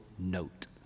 note